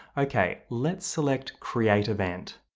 okay, let's select create event.